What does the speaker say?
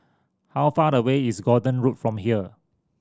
how far away is Gordon Road from here